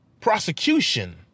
prosecution